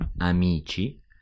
amici